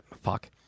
Fuck